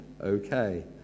Okay